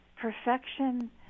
perfection